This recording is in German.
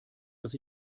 dass